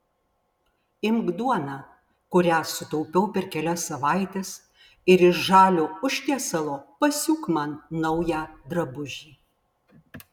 imk duoną kurią sutaupiau per kelias savaites ir iš žalio užtiesalo pasiūk man naują drabužį